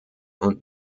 und